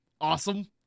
Awesome